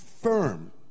firm